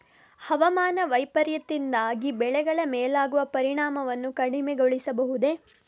ಹವಾಮಾನ ವೈಪರೀತ್ಯದಿಂದಾಗಿ ಬೆಳೆಗಳ ಮೇಲಾಗುವ ಪರಿಣಾಮವನ್ನು ಕಡಿಮೆಗೊಳಿಸಬಹುದೇ?